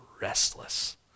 restless